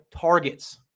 targets